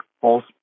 false